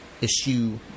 issue